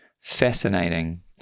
fascinating